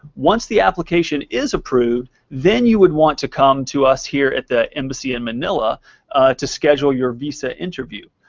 once the application is approved, then you would want to come to us here at the embassy in manila to schedule your visa interview.